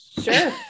Sure